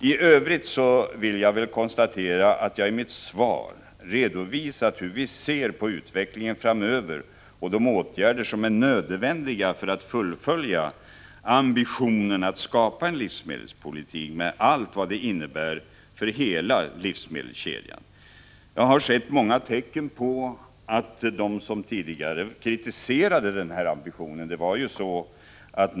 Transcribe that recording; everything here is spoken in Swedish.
I övrigt konstaterar jag att jag i mitt svar har redovisat hur vi ser på utvecklingen framöver och de åtgärder som är nödvändiga för att fullfölja ambitionen att skapa en livsmedelspolitik, med allt vad det innebär för hela livsmedelskedjan. Jag har sett många tecken på att de som tidigare kritiserade denna ambition nu har ändrat inställning.